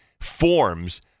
forms –